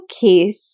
Keith